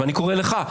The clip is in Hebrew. ואני קורא לך,